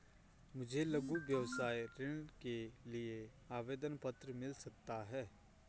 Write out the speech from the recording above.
मुझे लघु व्यवसाय ऋण लेने के लिए आवेदन पत्र मिल सकता है?